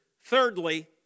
Thirdly